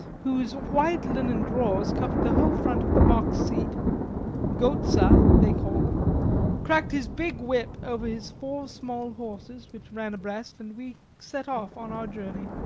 whose wide linen drawers covered the whole front of the box-seat gotza they call them cracked his big whip over his four small horses, which ran abreast, and we set off on our journey.